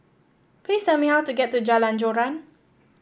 please tell me how to get to Jalan Joran